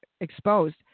exposed